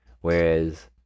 Whereas